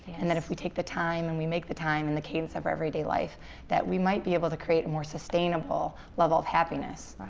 and that if we take the time and make the time in the kinks of everyday life that we might be able to create a more sustainable level of happiness.